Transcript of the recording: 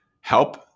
help